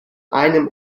einem